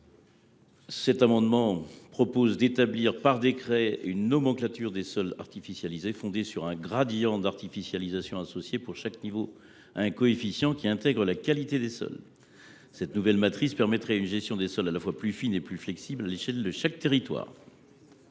cet amendement, nous proposons d’établir par décret une nomenclature des sols artificialisés fondée sur un gradient d’artificialisation associé, pour chaque niveau, à un coefficient intégrant la qualité des sols. Cette nouvelle matrice permettrait une gestion des sols à la fois plus fine et plus flexible à l’échelle de chaque territoire.